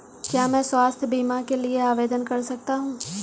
क्या मैं स्वास्थ्य बीमा के लिए आवेदन कर सकता हूँ?